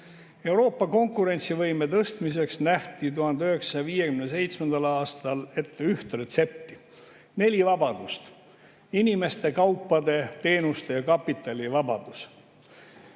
Euroopa konkurentsivõime tõstmiseks nähti 1957. aastal ette üks retsept, neli vabadust: inimeste, kaupade, teenuste ja kapitali vaba